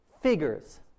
figures